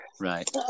Right